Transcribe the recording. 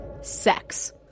sex